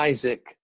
Isaac